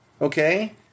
Okay